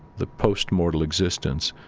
the post-mortal existence,